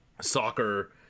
soccer